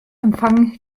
empfang